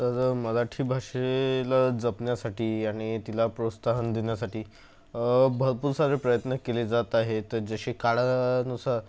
तर मराठी भाषेला जपण्यासाठी आणि तिला प्रोत्साहन देण्यासाठी भरपूर सारे प्रयत्न केले जात आहेत जसे काळानुसार